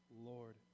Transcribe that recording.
Lord